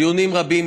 דיונים רבים.